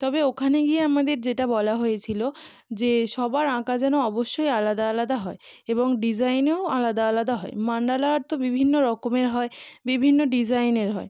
তবে ওখানে গিয়ে আমাদের যেটা বলা হয়েছিলো যে সবার আঁকা যেন অবশ্যই আলাদা আলাদা হয় এবং ডিজাইনেও আলাদা আলাদা হয় মান্ডালা আর্ট তো বিভিন্ন রকমের হয় বিভিন্ন ডিজাইনের হয়